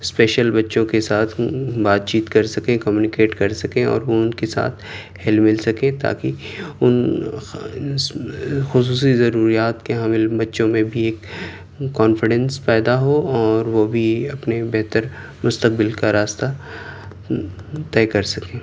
special بچّوں کے ساتھ بات چیت کر سکیں کمیونیکیٹ کر سکیں اور وہ ان کے ساتھ ہل ول سکیں تا کہ ان خصوصی ضروریات کے حامل بچّوں میں بھی ایک کانفیڈنس پیدا ہو اور وہ بھی اپنے بہتر مستقبل کا راستہ طے کر سکیں